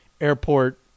airport